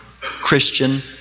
Christian